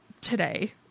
today